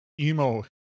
emo